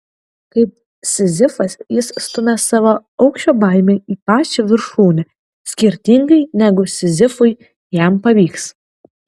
kaip sizifas jis stumia savo aukščio baimę į pačią viršūnę skirtingai negu sizifui jam pavyksta